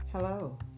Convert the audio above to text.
Hello